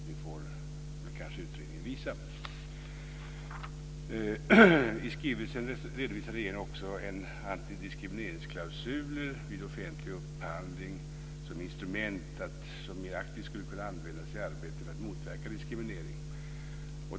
Det får utredningen kanske visa. I skrivelsen redovisar regeringen också en antidiskrimineringsklausul vid offentlig upphandling som ett instrument som mer aktivt skulle kunna användas i arbetet för att motverka diskriminering.